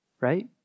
right